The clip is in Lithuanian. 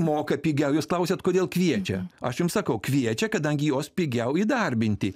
moka pigiau jūs klausiat kodėl kviečia aš jums sakau kviečia kadangi juos pigiau įdarbinti